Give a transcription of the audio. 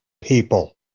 people